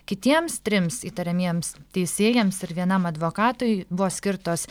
kitiems trims įtariamiems teisėjams ir vienam advokatui buvo skirtos